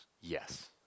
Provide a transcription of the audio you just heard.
Yes